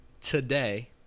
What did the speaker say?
today